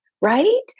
right